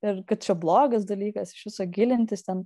ir kad čia blogas dalykas iš viso gilintis ten